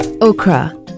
Okra